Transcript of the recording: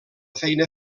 feina